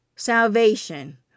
salvation